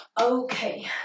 Okay